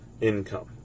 income